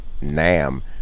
nam